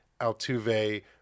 Altuve